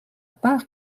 part